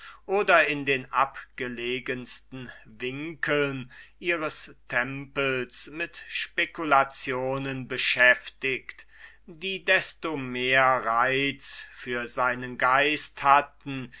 oder in den abgelegensten winkeln ihres tempels mit speculationen beschäftigt die desto mehr reiz für seinen geist hatten